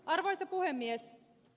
arvoisa puhemies